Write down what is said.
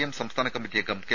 M സംസ്ഥാന കമ്മറ്റി അംഗം കെ